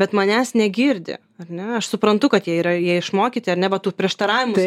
bet manęs negirdi ar ne aš suprantu kad jie yra jie išmokyti ar ne va tų prieštaravimų